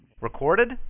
Recorded